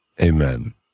amen